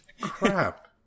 Crap